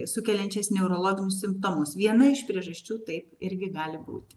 sukeliančiais neurologinius simptomus viena iš priežasčių taip irgi gali būti